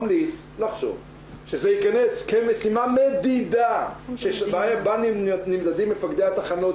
ממליץ לחשוב שזה ייכנס כמשימה מדידה שבה נמדדים מפקדי התחנות,